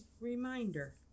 reminder